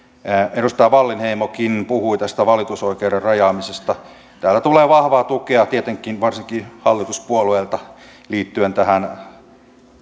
edustaja wallinheimokin puhui tästä valitusoikeuden rajaamisesta täällä tulee vahvaa tukea tietenkin varsinkin hallituspuolueilta liittyen tähän